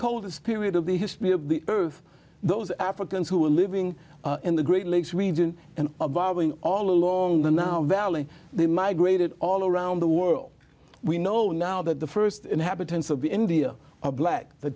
coldest period of the history of the earth those africans who were living in the great lakes region and all along the now valley they migrated all around the world we know now that the st inhabitants of india are black the